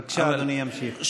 בבקשה, אדוני ימשיך.